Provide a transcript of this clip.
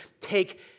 take